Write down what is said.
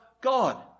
God